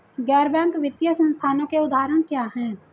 गैर बैंक वित्तीय संस्थानों के उदाहरण क्या हैं?